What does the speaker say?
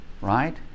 right